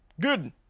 Good